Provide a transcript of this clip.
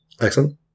Excellent